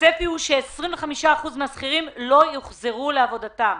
הצפי הוא ש-25% מהשכירים לא יוחזרו לעבודתם.